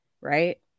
right